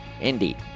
indeed